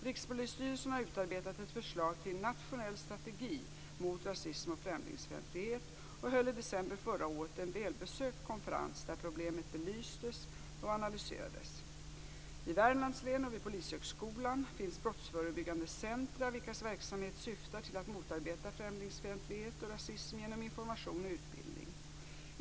Rikspolisstyrelsen har utarbetat ett förslag till nationell strategi mot rasism och främlingsfientlighet och höll i december förra året en välbesökt konferens där problemet belystes och analyserades. I Värmlands län och vid Polishögskolan finns brottsförebyggande centrum, vilkas verksamhet syftar till att motarbeta främlingsfientlighet och rasism genom information och utbildning.